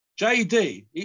jd